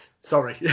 Sorry